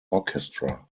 orchestra